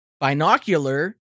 Binocular